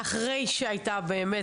אחרי שהייתה באמת,